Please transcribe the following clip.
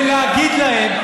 ולהגיד להם,